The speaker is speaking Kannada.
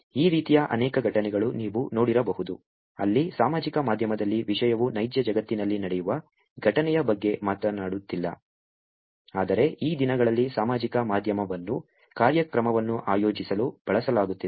ಈ ರೀತಿಯ ಅನೇಕ ಘಟನೆಗಳು ನೀವು ನೋಡಿರಬಹುದು ಅಲ್ಲಿ ಸಾಮಾಜಿಕ ಮಾಧ್ಯಮದಲ್ಲಿ ವಿಷಯವು ನೈಜ ಜಗತ್ತಿನಲ್ಲಿ ನಡೆಯುವ ಘಟನೆಯ ಬಗ್ಗೆ ಮಾತನಾಡುತ್ತಿಲ್ಲ ಆದರೆ ಈ ದಿನಗಳಲ್ಲಿ ಸಾಮಾಜಿಕ ಮಾಧ್ಯಮವನ್ನು ಕಾರ್ಯಕ್ರಮವನ್ನು ಆಯೋಜಿಸಲು ಬಳಸಲಾಗುತ್ತಿದೆ